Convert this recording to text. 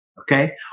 Okay